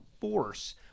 force